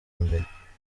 mbere